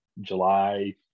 july